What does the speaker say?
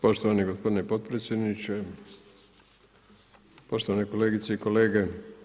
Poštovani gospodine potpredsjedniče, poštovane kolegice i kolege.